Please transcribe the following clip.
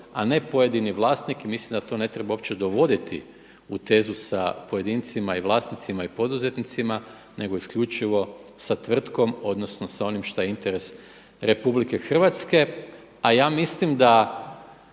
a ne pojedini vlasnik. I mislim da tu ne treba uopće dovoditi u tezu sa pojedincima i vlasnicima i poduzetnicima nego isključivo sa tvrtkom, odnosno sa onim što je interes RH. A ja mislim da